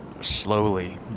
slowly